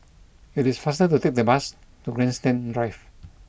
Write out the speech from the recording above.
it is faster to take the bus to Grandstand Drive